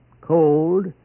Cold